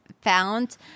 found